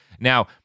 Now